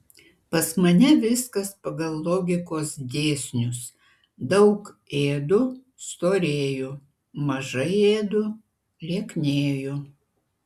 pas mane viskas pagal logikos dėsnius daug ėdu storėju mažai ėdu lieknėju